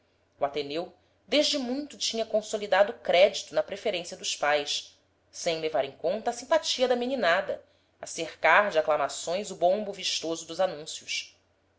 o ateneu desde muito tinha consolidado crédito na preferência dos pais sem levar em conta a simpatia da meninada a cercar de aclamações o bombo vistoso dos anúncios